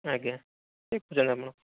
ଆଜ୍ଞା